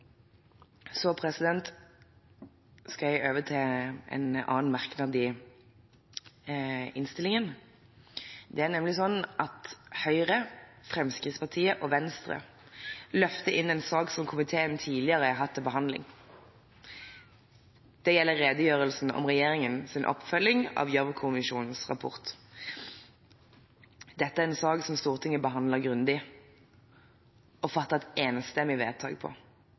Så skal jeg over til en annen merknad i innstillingen. Det er nemlig sånn at Høyre, Fremskrittspartiet og Venstre løfter inn en sak som komiteen tidligere har hatt til behandling. Det gjelder redegjørelsen om regjeringens oppfølging av Gjørv-kommisjonens rapport. Dette er en sak som Stortinget behandlet grundig og fattet et enstemmig vedtak